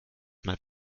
mal